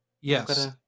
Yes